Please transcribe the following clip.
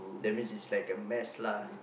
that means is like a mess lah